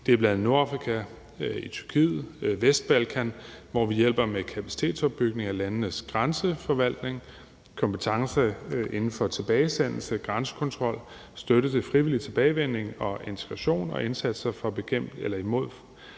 Det er bl.a. i Nordafrika, i Tyrkiet og på Vestbalkan, hvor vi hjælper med kapacitetsopbygning af landenes grænseforvaltning, kompetencer inden for tilbagesendelse, grænsekontrol, støtte til frivillig tilbagevenden og integration og indsatser imod